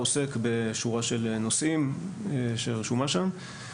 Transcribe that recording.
עוסק בשורה של נושאים שרשומה שם.